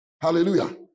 Hallelujah